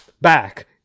back